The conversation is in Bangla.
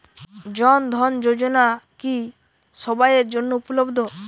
জন ধন যোজনা কি সবায়ের জন্য উপলব্ধ?